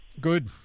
Good